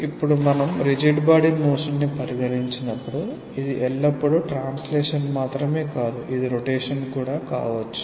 ఇప్పుడు మనం rigid body motion ను పరిగణించినప్పుడు ఇది ఎల్లప్పుడూ ట్రాన్స్లేషన్ మాత్రమే కాదు ఇది రొటేషన్ కూడా కావచ్చు